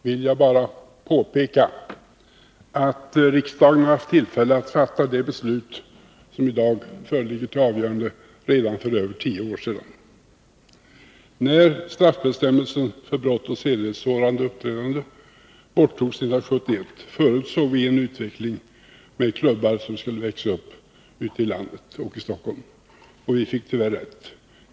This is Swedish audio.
Herr talman! I all stillsamhet och korthet vill jag bara påpeka att riksdagen haft tillfälle att fatta det beslut, som i dag föreligger till avgörande, redan för över tio år sedan. När straffbestämmelsen för sedlighetssårande uppträdande borttogs 1971 förutsåg vi en utveckling med klubbar som skulle växa upp ute i landet och i Stockholm. Och vi fick tyvärr rätt.